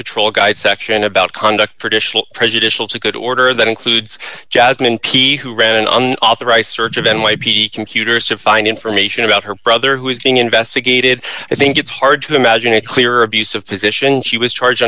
patrol guide section about conduct for additional prejudicial to good order that includes jasmine kyi who ran on authorized search of n y p d computers to find information about her brother who is being investigated i think it's hard to imagine a clear abuse of position she was charged